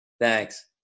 Thanks